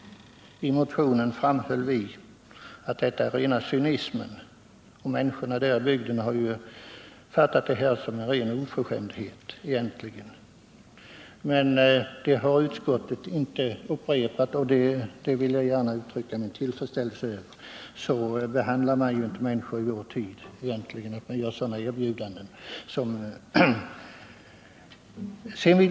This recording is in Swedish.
I motionen framhöll vi att detta är rena cynismen, och människorna i bygden har uppfattat fastighetsnämndens resonemang som en ren oförskämdhet. Men utskottet har som sagt inte upprepat dessa funderingar, och det vill jag gärna uttrycka min tillfredsställelse över. Så behandlar man ju inte människor i vår tid att man kommer med sådana erbjudanden.